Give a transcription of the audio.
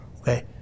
Okay